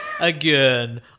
again